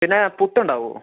പിന്നേ പുട്ട് ഉണ്ടാകുമോ